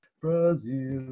Brazil